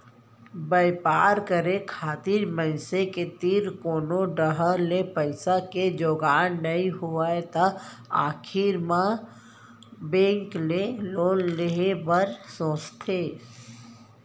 बेपार करे खातिर मनसे तीर कोनो डाहर ले पइसा के जुगाड़ नइ होय तै आखिर मे बेंक ले लोन ले के बारे म सोचथें